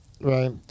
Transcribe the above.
right